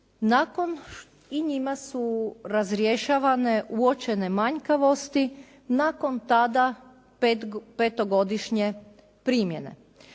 godine i njima su razrješavane uočene manjkavosti nakon tada petogodišnje primjene.